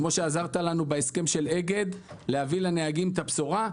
כפי שעזרת לנו בהסכם של אגד להביא לנהגים את הבשורה,